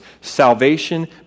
salvation